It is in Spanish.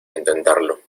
intentarlo